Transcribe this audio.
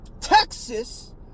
Texas